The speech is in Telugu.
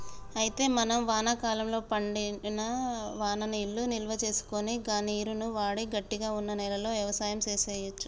అయితే మనం వానాకాలంలో పడిన వాననీళ్లను నిల్వసేసుకొని గా నీరును వాడి గట్టిగా వున్న నేలలో యవసాయం సేయచ్చు